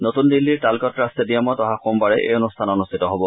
নতুন দিল্লীৰ তালকোটৰা ট্টেডিয়ামত অহা সোমবাৰে এই অনুষ্ঠান অনুষ্ঠিত হ'ব